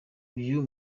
uyu